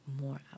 more